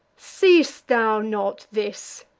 seest thou not this?